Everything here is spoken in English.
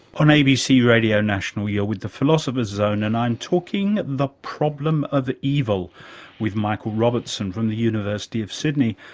on abc radio national you're with the philosopher's zone and i'm talking the problem of evil with michael robertson from the university of sydney.